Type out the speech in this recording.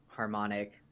harmonic